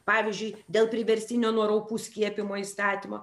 pavyzdžiui dėl priverstinio nuo raupų skiepijimo įstatymo